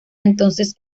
entonces